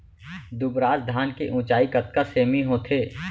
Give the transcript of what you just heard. दुबराज धान के ऊँचाई कतका सेमी होथे?